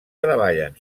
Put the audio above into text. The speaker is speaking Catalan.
treballen